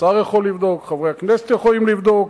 השר יכול לבדוק, חברי הכנסת יכולים לבדוק.